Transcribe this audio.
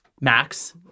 Max